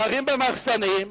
גרים במחסנים,